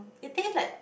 it tastes like